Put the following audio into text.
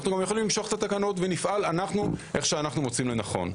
אנו גם יכולים למשוך את התקנות ונפעל אנו כפי שאנו מוצאים לנכון.